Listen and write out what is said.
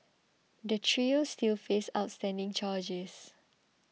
the trio still face outstanding charges